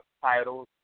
titles